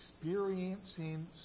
experiencing